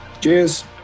cheers